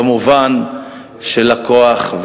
במובן של הכוח,